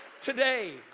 today